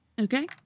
Okay